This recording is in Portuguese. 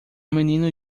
menino